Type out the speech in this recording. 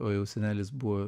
o jau senelis buvo